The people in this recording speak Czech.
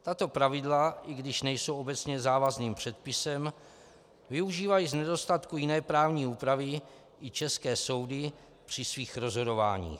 Tato pravidla, i když nejsou obecně závazným předpisem, využívají z nedostatku jiné právní úpravy i české soudy při svých rozhodováních.